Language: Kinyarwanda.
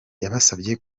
yabasabye